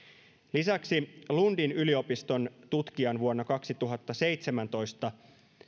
lisäksi lundin yliopiston tutkijan vuonna kaksituhattaseitsemäntoista